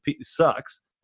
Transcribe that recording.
sucks